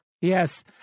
Yes